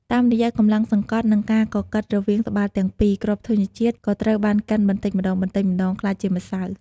តាមរយៈកម្លាំងសង្កត់ និងការកកិតរវាងត្បាល់ទាំងពីរ គ្រាប់ធញ្ញជាតិក៏ត្រូវបានកិនបន្តិចម្ដងៗក្លាយជាម្សៅ។